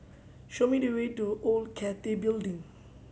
show me the way to Old Cathay Building